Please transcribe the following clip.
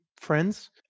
friends